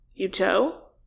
Uto